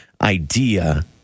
idea